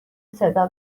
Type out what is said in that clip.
صدا